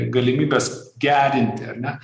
galimybes gerinti ar ne